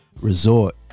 resort